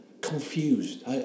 confused